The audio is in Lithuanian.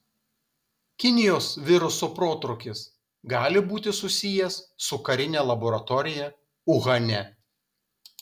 kinijos viruso protrūkis gali būti susijęs su karine laboratorija uhane